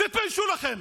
תתביישו לכם.